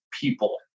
people